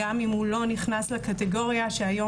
גם אם הוא לא נכנס לקטגוריה שהיום